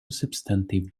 substantive